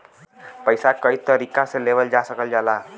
पइसा कई तरीका से लेवल जा सकल जाला